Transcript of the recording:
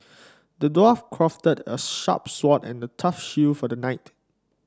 the dwarf crafted a sharp sword and a tough shield for the knight